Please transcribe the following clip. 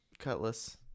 Cutlass